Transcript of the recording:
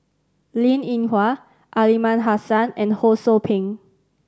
Linn In Hua Aliman Hassan and Ho Sou Ping